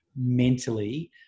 mentally